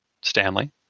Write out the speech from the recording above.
Stanley